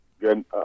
Good